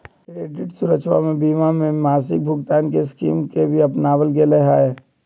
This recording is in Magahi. क्रेडित सुरक्षवा बीमा में मासिक भुगतान के स्कीम के भी अपनावल गैले है